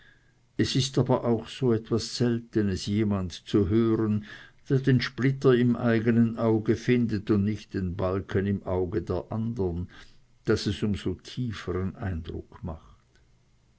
es ist aber auch so etwas seltenes jemand zu hören der den splitter im eigenen auge findet und nicht den balken im auge der andern daß es um so tiefern eindruck macht